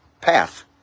path